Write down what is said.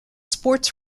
sports